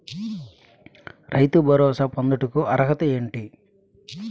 రైతు భరోసా పొందుటకు అర్హత ఏంటి?